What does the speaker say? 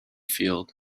field